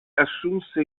assunse